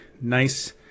nice